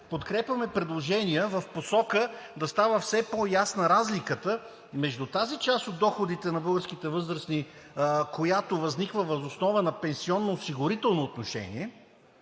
подкрепяме предложения в посока да става все по-ясна разликата между тази част от доходите на българските възрастни, която възниква въз основа на пенсионноосигурително отношение